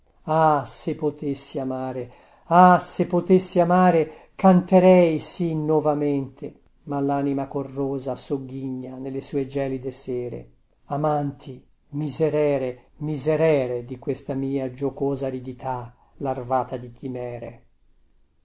ah se potessi amare ah se potessi amare canterei sì novamente ma lanima corrosa sogghigna nelle sue gelide sere amanti miserere miserere di questa mia giocosa aridità larvata di chimere